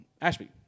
Ashby